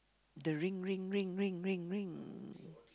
the ring ring ring ring ring ring